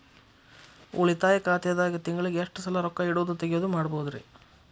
ಉಳಿತಾಯ ಖಾತೆದಾಗ ತಿಂಗಳಿಗೆ ಎಷ್ಟ ಸಲ ರೊಕ್ಕ ಇಡೋದು, ತಗ್ಯೊದು ಮಾಡಬಹುದ್ರಿ?